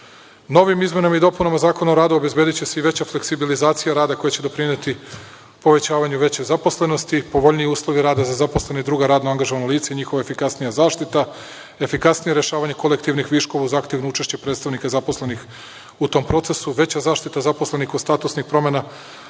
Novim izmenama i dopunama Zakona o radu obezbediće se i veća fleksibilizacija rada koja će doprineti povećavanju veće zaposlenosti, povoljniji uslovi rada za zaposlene i druga radno angažovana lica i njihova efikasnija zaštita, efikasnije rešavanje kolektivnih viškova uz aktivno učešće predstavnika zaposlenih u tom procesu, veća zaštita zaposlenih kod statusnih promena,